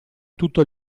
tutto